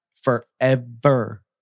forever